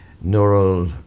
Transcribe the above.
neural